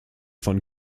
von